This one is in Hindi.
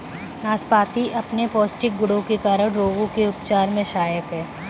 नाशपाती अपने पौष्टिक गुणों के कारण रोगों के उपचार में सहायक है